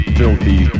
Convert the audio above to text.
filthy